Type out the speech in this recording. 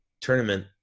tournament